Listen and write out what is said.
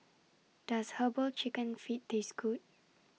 Does Herbal Chicken Feet Taste Good